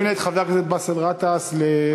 אני מבקש להזמין את חבר הכנסת באסל גטאס לשאילתה